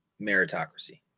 meritocracy